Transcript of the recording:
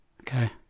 Okay